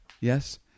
Yes